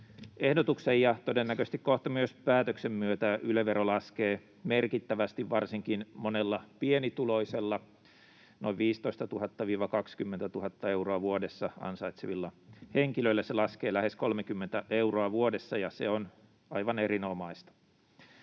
ehdotuksen ja todennäköisesti kohta myös päätöksen myötä Yle-vero laskee merkittävästi varsinkin monella pienituloisella. Noin 15 000—20 000 euroa vuodessa ansaitsevilla henkilöillä se laskee lähes 30 euroa vuodessa, ja se on aivan erinomaista.